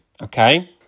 Okay